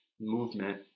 movement